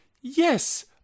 Yes